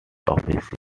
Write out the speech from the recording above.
official